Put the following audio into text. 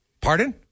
Pardon